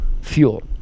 fuel